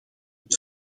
het